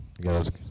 guys